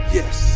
Yes